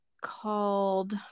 called